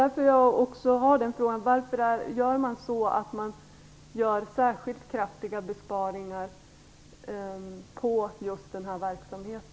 Därför frågar jag: Varför gör man särskilt kraftiga besparingar på just nämnda verksamhet?